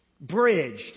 bridged